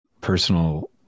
personal